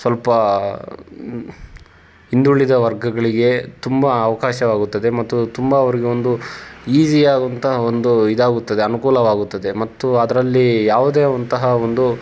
ಸ್ವಲ್ಪ ಹಿಂದುಳಿದ ವರ್ಗಗಳಿಗೆ ತುಂಬ ಅವಕಾಶವಾಗುತ್ತದೆ ಮತ್ತು ತುಂಬ ಅವರಿಗೊಂದು ಈಝಿಯಾಗುವಂತಹ ಒಂದು ಇದಾಗುತ್ತದೆ ಅನುಕೂಲವಾಗುತ್ತದೆ ಮತ್ತು ಅದರಲ್ಲಿ ಯಾವುದೇ ಅಂತಹ ಒಂದು